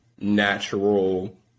natural